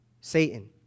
Satan